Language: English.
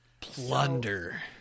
Plunder